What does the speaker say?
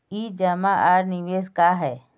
ई जमा आर निवेश का है?